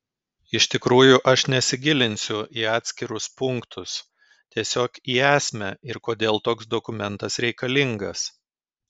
iš tikrųjų aš nesigilinsiu į atskirus punktus tiesiog į esmę ir kodėl toks dokumentas reikalingas